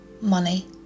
money